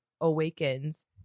awakens